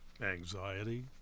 anxiety